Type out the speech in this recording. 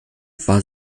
war